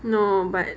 no but